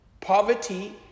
Poverty